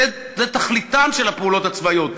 זו תכליתן של הפעולות הצבאיות,